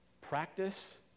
practice